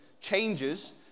changes